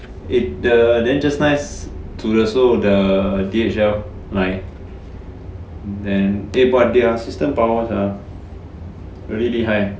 eh the then just nice to also the D_H_L 来 and they bought their system power sia the really 厉害